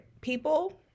people